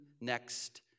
next